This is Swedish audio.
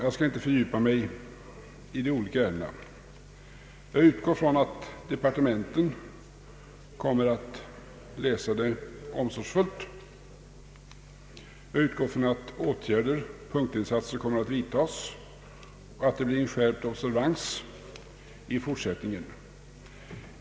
Jag skall inte fördjupa mig i de olika ärendena. Jag utgår från att man kommer att läsa memorialet omsorgsfullt i departementen. Jag utgår också från att åtgärder, punktinsatser, kommer att vidtas och att det blir en skärpt observans i fortsättningen.